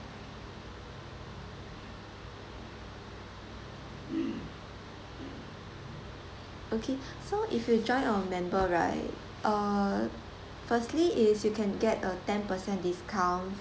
okay so if you join our member right uh firstly is you can get a ten percent discount